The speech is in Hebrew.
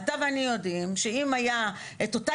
אתה ואני יודעים שאם הייתה את אותה